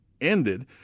ended